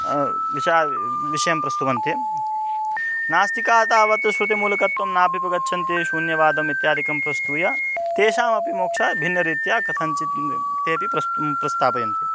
विषयाः विषयं प्रस्तुवन्ति नास्तिकाः तावत् श्रुति मूलकत्वं नाभ्युपगच्छन्ति शून्यवादमित्यादिकं प्रस्तूय तेषामपि मोक्षः भिन्नरीत्या कथञ्चित् तेऽपि प्रस्तुं प्रस्थापयन्ति